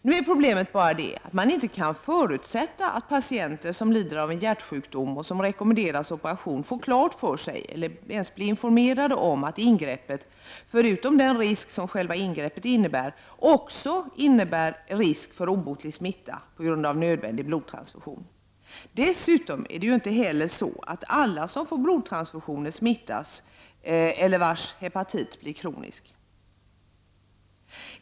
Nu är problemen bara det att man inte kan förutsätta att patienter som lider av en hjärtsjukdom och som rekommenderas operation får klart för sig eller ens blir informerade om att ingreppet — förutom den risk som själva ingreppet innebär — innebär risk för obotlig smitta på grund av nödvändig blodtransfusion. Dessutom är det ju inte heller så att alla som får blodtransfusioner smittas, och allas hepatit blir inte kronisk.